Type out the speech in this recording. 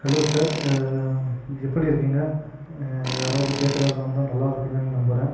hello sir எப்படி இருக்கீங்க யாராவது கேட்குறதாருந்தா நல்லாருப்பிங்கன்னு நம்புகிறன்